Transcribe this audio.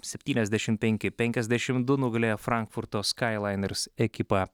septyniasdešimt penki penkiasdešimt du nugalėjo frankfurto skyliners ekipą